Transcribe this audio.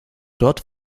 dort